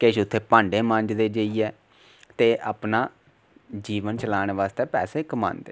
किश उत्थै भांडे मांजदे जेइयै ते अपना जीवन चलाने आस्तै पैसे कमांदे